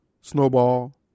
Snowball